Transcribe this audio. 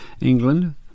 England